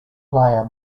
player